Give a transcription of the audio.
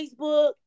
Facebook